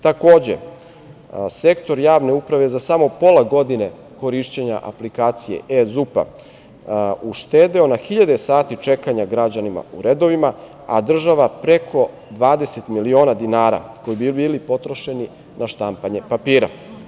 Takođe, sektor javne uprave za samo pola godine korišćenja aplikacije eZUP-a je uštedeo na hiljade sati čekanja građanima u redovima, a država preko 20 miliona dinara, koji bi bili potrošeni na štampanje papira.